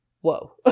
whoa